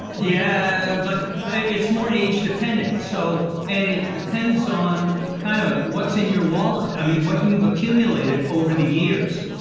yeah, but it's more age dependent. so and it depends on kind of like what's in your wallet, i mean what you've accumulated over the years.